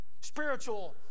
Spiritual